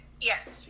Yes